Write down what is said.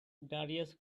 darius